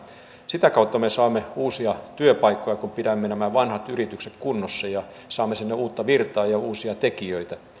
sitä kautta me saamme uusia työpaikkoja kun pidämme nämä vanhat yritykset kunnossa ja saamme sinne uutta virtaa ja uusia tekijöitä